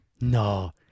No